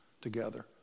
together